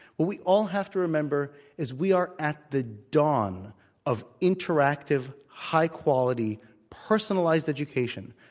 what we all have to remember is we are at the dawn of interactive, high quality, personalized education,